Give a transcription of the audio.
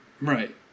Right